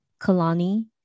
Kalani